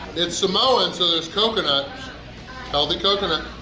it's samoan, so there's coconut healthy coconut!